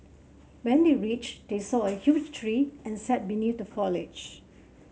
when they reached they saw a huge tree and sat beneath the foliage